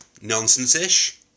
nonsense-ish